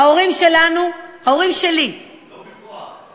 ההורים שלנו, ההורים שלי, לא בכוח.